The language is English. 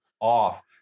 off